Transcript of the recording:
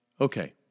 Okay